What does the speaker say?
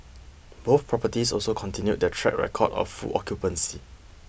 both properties also continued their track record of full occupancy